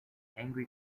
angry